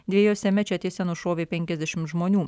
dviejose mečetėse nušovė penkiasdešimt žmonių